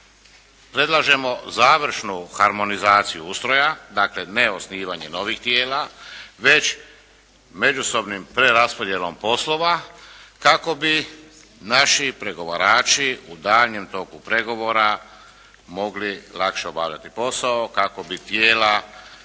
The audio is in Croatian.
predlažemo završnu harmonizaciju ustroja, dakle ne osnivanje novih tijela već međusobnom preraspodjelom poslova kako bi naši pregovarači u daljnjem toku pregovora mogli lakše obavljati posao kako bi tijela bila